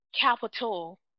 capital